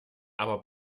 aber